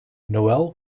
noel